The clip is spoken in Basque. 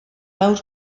lau